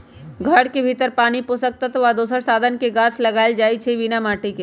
घर के भीतर पानी पोषक तत्व आ दोसर साधन से गाछ लगाएल जाइ छइ बिना माटिके